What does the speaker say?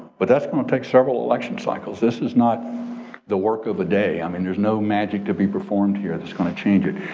but that's gonna take several election cycles. this is not the work of the day. i mean there's no magic to be performed here that's gonna change it.